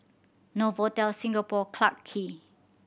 Novotel Singapore Clarke Quay